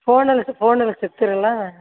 ಫೋನಲ್ಲಿ ಫೋನಲ್ಲಿ ಸಿಗ್ತೀರಲ್ವಾ